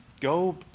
go